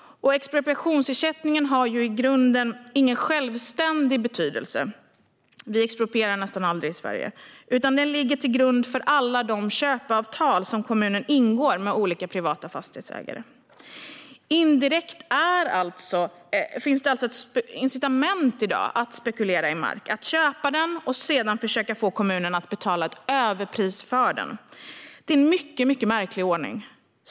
Expropriationsersättningen har i grunden ingen självständig betydelse. Vi exproprierar nästan aldrig i Sverige. Men den ligger till grund för alla de köpeavtal som kommunerna ingår med olika privata fastighetsägare. Indirekt finns det alltså i dag ett incitament att spekulera i mark - att köpa den och sedan försöka få kommunen att betala ett överpris för den. Det är en mycket märklig ordning.